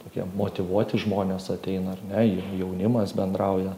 tokie motyvuoti žmonės ateina ar ne jau jaunimas bendrauja